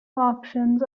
options